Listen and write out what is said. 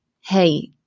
hey